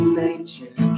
nature